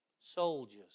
Soldiers